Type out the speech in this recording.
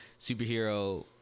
superhero